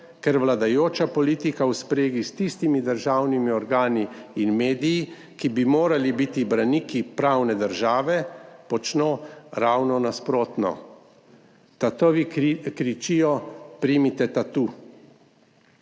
keer vladajoča politika v spregi s tistimi državnimi organi in mediji, ki bi morali biti braniki pravne države, počno ravno nasprotno? Tatovi kričijo: "Primite tatu!".